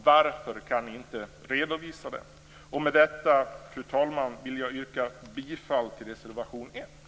Varför kan ni inte redovisa det? Med detta, fru talman, vill jag yrka bifall till reservation 1.